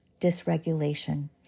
dysregulation